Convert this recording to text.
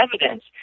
evidence